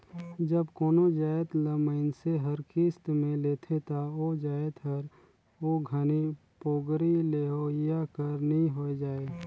जब कोनो जाएत ल मइनसे हर किस्त में लेथे ता ओ जाएत हर ओ घनी पोगरी लेहोइया कर नी होए जाए